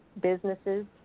businesses